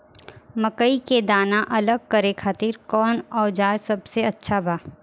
मकई के दाना अलग करे खातिर कौन औज़ार सबसे अच्छा बा?